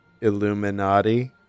Illuminati